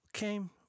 came